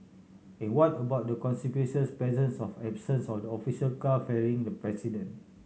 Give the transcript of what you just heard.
and what about the conspicuous presence of absence of the official car ferrying the president